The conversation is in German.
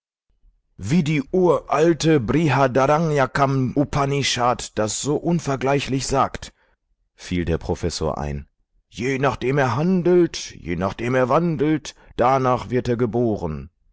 wie die uralte brihadaranyakam upanishad das so unvergleichlich sagt fiel der professor ein je nachdem er handelt je nachdem er wandelt danach wird er geboren